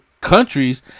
countries